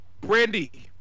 Brandy